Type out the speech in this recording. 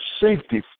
safety